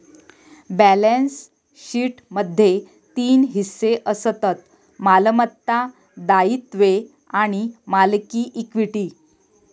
balance शीटमध्ये तीन हिस्से असतत मालमत्ता, दायित्वे आणि मालकी इक्विटी